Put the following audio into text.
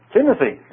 Timothy